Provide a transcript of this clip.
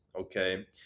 okay